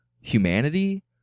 humanity